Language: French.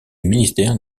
ministère